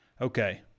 Okay